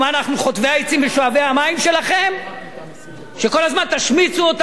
אנחנו חוטבי העצים ושואבי המים שלכם שכל הזמן תשמיצו אותנו?